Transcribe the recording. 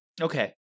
Okay